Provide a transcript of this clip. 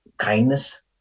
Kindness